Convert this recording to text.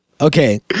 Okay